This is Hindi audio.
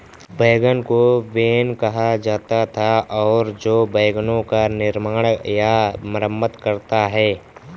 वैगन को वेन कहा जाता था और जो वैगनों का निर्माण या मरम्मत करता है